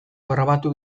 grabatu